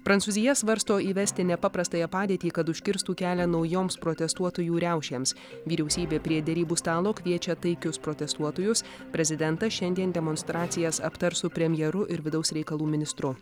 prancūzija svarsto įvesti nepaprastąją padėtį kad užkirstų kelią naujoms protestuotojų riaušėms vyriausybė prie derybų stalo kviečia taikius protestuotojus prezidentas šiandien demonstracijas aptars su premjeru ir vidaus reikalų ministru